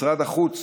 משרד החוץ